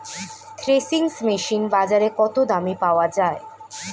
Threshing machine বাজারে কত দামে পাওয়া যায়?